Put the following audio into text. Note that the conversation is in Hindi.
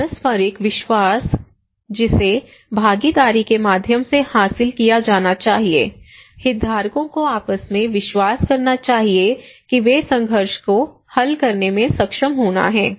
पारस्परिक विश्वास जिसे भागीदारी के माध्यम से हासिल किया जाना चाहिए हितधारकों को आपस में विश्वास करना चाहिए कि वे संघर्ष को हल करने में सक्षम होना हैं